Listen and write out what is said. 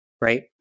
right